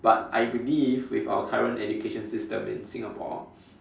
but I believe with our current education system in Singapore